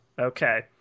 okay